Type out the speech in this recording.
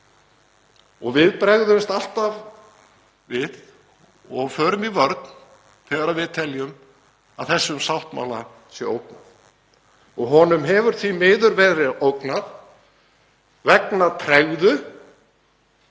um. Við bregðumst alltaf við og förum í vörn þegar við teljum að þessum sáttmála sé ógnað og honum hefur því miður verið ógnað vegna tregðu